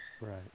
Right